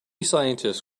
scientists